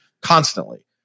constantly